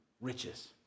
riches